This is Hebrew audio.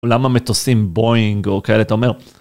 למה מטוסים בואינג או כאלה אתה אומר.